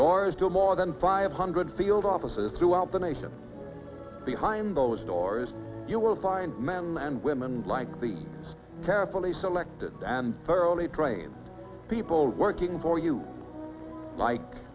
doors to more than five hundred field offices throughout the nation behind those doors you will find men and women like the carefully selected and thoroughly trained people working for you mike